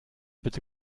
bitte